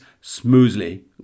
smoothly